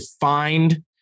find